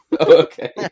Okay